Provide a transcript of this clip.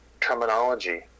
terminology